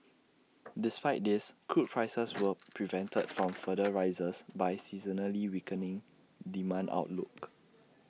despite this crude prices were prevented from further rises by A seasonally weakening demand outlook